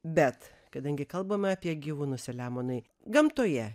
bet kadangi kalbame apie gyvūnus saliamonai gamtoje